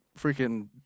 freaking